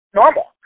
normal